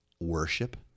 Worship